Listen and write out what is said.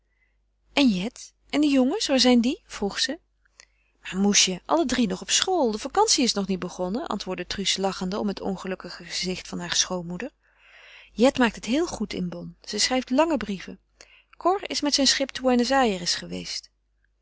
en jet en de jongens waar zijn die vroeg ze maar moesje alle drie nog op school de vacantie is nog niet begonnen antwoordde truus lachende om het ongelukkige gezicht harer schoonmoeder jet maakt het heel goed in bonn ze schrijft lange brieven cor is met zijn schip te buenos ayres geweest